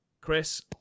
Chris